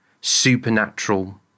supernatural